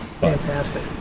Fantastic